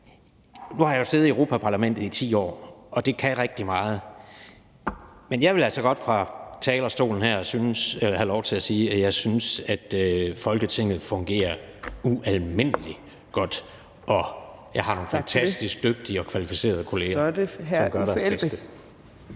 Nu har jeg jo siddet i Europa-Parlamentet i 10 år, og det kan rigtig meget, men jeg vil altså godt fra talerstolen her have lov til at sige, at jeg synes, at Folketinget fungerer ualmindelig godt, og jeg har nogle fantastisk dygtige og kvalificerede kolleger, som gør deres bedste.